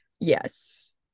yes